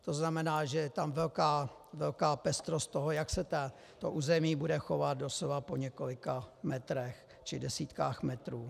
To znamená, že je tam velká pestrost toho, jak se území bude chovat doslova po několika metrech či desítkách metrů.